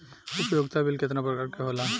उपयोगिता बिल केतना प्रकार के होला?